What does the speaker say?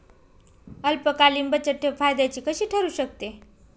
अल्पकालीन बचतठेव फायद्याची कशी ठरु शकते?